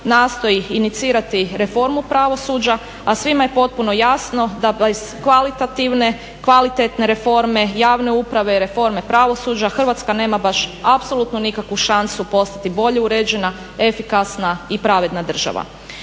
nastoji inicirati reformu pravosuđa, a svima je potpuno jasno da bez kvalitativne, kvalitetne reforme javne uprave i reforme pravosuđa Hrvatska nema baš apsolutno nikakvu šansu postati bolje uređena, efikasna i pravedna država.